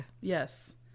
Yes